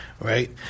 Right